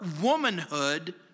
womanhood